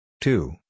two